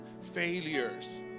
failures